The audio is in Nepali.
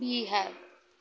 बिहार